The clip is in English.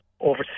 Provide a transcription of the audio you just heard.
Over